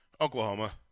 Oklahoma